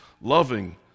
loving